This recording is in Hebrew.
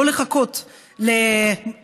לא לחכות למחר,